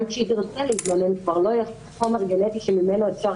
כשהיא תרצה להתלונן כבר לא יהיה חומר גנטי שממנו יהיה אפשר